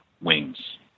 wings